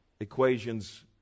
equations